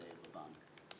הדין.